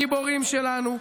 הם הגיבורים שלנו,